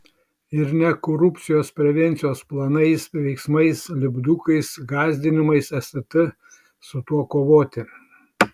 ir ne korupcijos prevencijos planais veiksmais lipdukais gąsdinimais stt su tuo kovoti